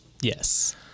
Yes